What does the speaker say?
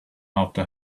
after